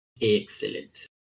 Excellent